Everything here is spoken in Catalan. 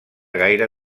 gaire